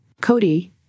Cody